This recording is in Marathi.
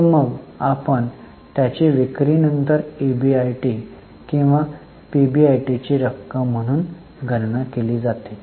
तर मग आपण त्याची विक्री नंतर ईबीआयटी किंवा पीबीआयटीची टक्केवारी म्हणून गणना केली आहे